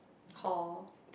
hor